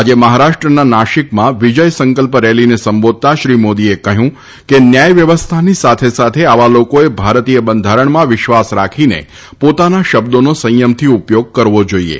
આજે મહારાષ્ટ્રના નાશિકમાં વિજય સંકલ્પ રેલીને સંબોધતા શ્રી મોદીએ કહ્યું કે ન્યાય વ્યવસ્થાની સાથે સાથે આવા લોકોએ ભારતીય બંધારણમાં વિશ્વાસ રાખીને પોતાના શબ્દોનો સંયમથી ઉપયોગ કરવો જાઇએ